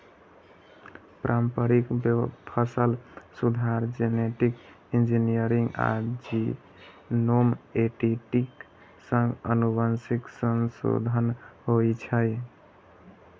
पारंपरिक फसल सुधार, जेनेटिक इंजीनियरिंग आ जीनोम एडिटिंग सं आनुवंशिक संशोधन होइ छै